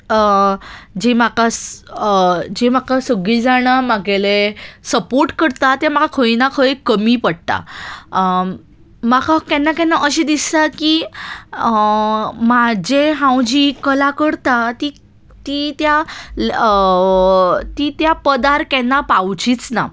जी म्हाका जी म्हाका सगळीं जाणां म्हगेलें सपोर्ट करता तें म्हाका खंय ना खंय कमी पडटा म्हाका केन्ना केन्ना अशें दिसता की म्हजें हांव जी कला करता ती ती त्या ती त्या पदार केन्ना पावचीच ना